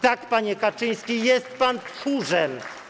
Tak, panie Kaczyński, jest pan tchórzem.